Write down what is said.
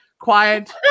quiet